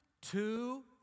two